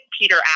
peter